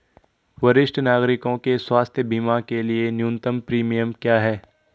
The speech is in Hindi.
वरिष्ठ नागरिकों के स्वास्थ्य बीमा के लिए न्यूनतम प्रीमियम क्या है?